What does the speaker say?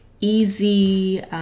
easy